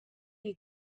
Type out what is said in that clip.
you